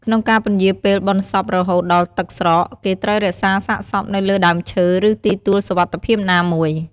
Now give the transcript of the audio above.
ក្នុងការពន្យារពេលបុណ្យសពរហូតដល់ទឹកស្រក គេត្រូវរក្សាសាកសពនៅលើដើមឈើ ឬទីទួលសុវត្តិភាពណាមួយ។